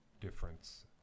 difference